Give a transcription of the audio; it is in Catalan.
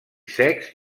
secs